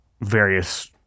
various